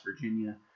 Virginia